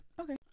Okay